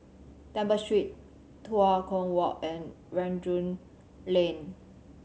Temple Street Tua Kong Walk and Rangoon Lane